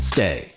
Stay